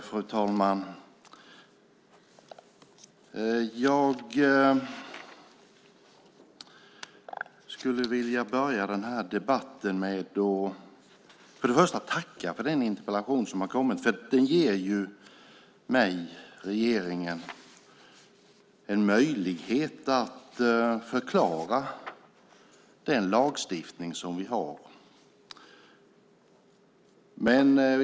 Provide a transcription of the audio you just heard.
Fru talman! Jag skulle vilja börja den här debatten med att först och främst tacka för den interpellation som har kommit. Den ger mig och regeringen en möjlighet att förklara den lagstiftning som vi har.